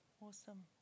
Awesome